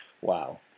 Wow